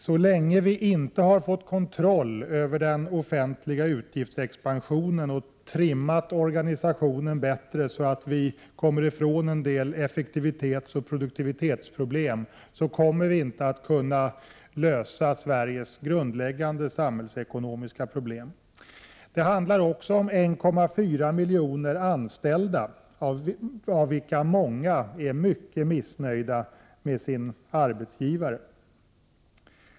Så länge vi inte har fått kontroll över den offentliga utgiftsexpansionen och löst ett antal effektivitetsoch produktivitetsproblem, kommer vi inte att kunna lösa Sveriges grundläggande samhällsekonomiska problem. Det handlar också om 1,4 miljoner anställda, av vilka många är mycket missnöjda med sin arbetsgivare.